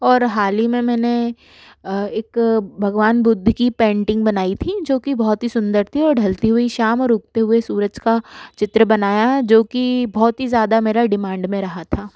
और हाल ही में मैंने एक भगवान बुद्ध की पेंटिंग बनाई थी जो कि बहुत ही सुंदर थी औ ढलती हुई शाम और उगते हुए सूरज का चित्र बनाया जो कि बहुत ही ज़्यादा मेरा डिमांड में रहा था